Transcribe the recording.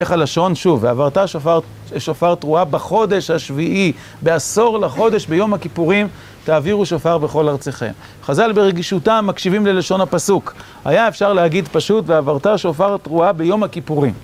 איך הלשון, שוב, ועברת שופר תרועה בחודש השביעי, בעשור לחודש ביום הכיפורים, תעבירו שופר בכל ארציכם. חז"ל ברגישותם, מקשיבים ללשון הפסוק. היה אפשר להגיד פשוט, ועברת שופר תרועה ביום הכיפורים.